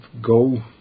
go